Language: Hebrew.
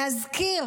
להזכיר